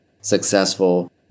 successful